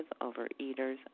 overeaters